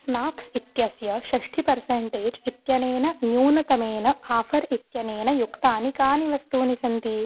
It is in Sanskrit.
स्नाक्स् इत्यस्य षष्ठिः पर्सेण्टेज् इत्यनेन न्यूनतमेन आफ़र् इत्यनेन युक्तानि कानि वस्तूनि सन्ति